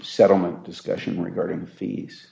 settlement discussion regarding fees